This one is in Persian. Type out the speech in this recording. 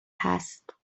هست